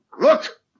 Look